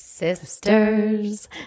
Sisters